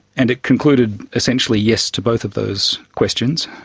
and it concluded essentially yes to both of those questions,